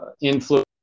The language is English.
influence